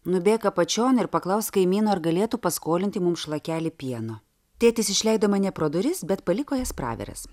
nubėk apačion ir paklausk kaimynų ar galėtų paskolinti mums šlakelį pieno tėtis išleido mane pro duris bet paliko jas praviras